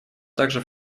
также